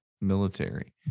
military